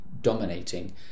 dominating